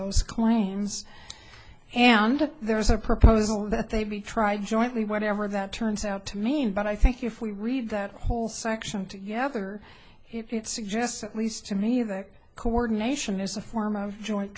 those claims and there is a proposal that they be tried jointly whatever that turns out to mean but i think if we read that whole section yeah other it suggests at least to me that coordination is a form of jo